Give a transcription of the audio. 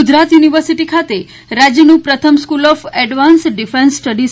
Gujarat university ખાતે રાજ્યનું પ્રથમ school of advance defence studies